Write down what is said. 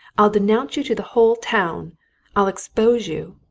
i'll denounce you to the whole town i'll expose you!